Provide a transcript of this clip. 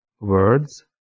words